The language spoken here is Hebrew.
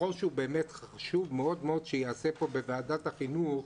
ככל שהוא באמת חשוב מאוד מאוד שייעשה פה בוועדת החינוך,